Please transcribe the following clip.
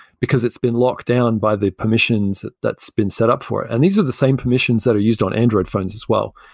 because it's been locked down by the permissions that's been set up for it. and these are the same permissions that are used on android phones as well.